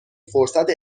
فرصت